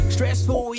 Stressful